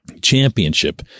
championship